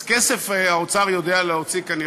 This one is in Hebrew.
אז כסף האוצר יודע להוציא, כנראה,